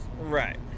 Right